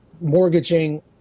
mortgaging